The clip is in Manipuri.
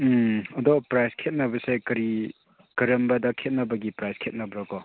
ꯎꯝ ꯑꯗꯣ ꯄ꯭ꯔꯥꯏꯁ ꯈꯦꯠꯅꯕꯁꯦ ꯀꯔꯤ ꯀꯔꯝꯕꯗ ꯈꯦꯠꯅꯕꯒꯤ ꯄ꯭ꯔꯥꯏꯁ ꯈꯦꯠꯅꯕ꯭ꯔꯀꯣ